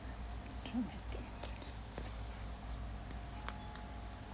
what's a traumatic incident you witness